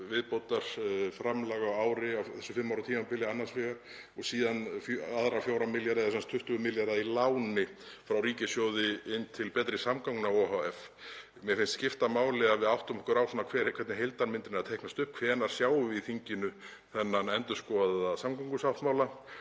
viðbótarframlag á ári á þessu fimm ára tímabili annars vegar og síðan aðra 4 milljarða eða sem sagt 20 milljarða í láni frá ríkissjóði til Betri samgangna ohf. Mér finnst skipta máli að við áttum okkur á því hvernig heildarmyndin er að teiknast upp. Hvenær sjáum við í þinginu þennan endurskoðaða samgöngusáttmála